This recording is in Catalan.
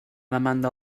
demanda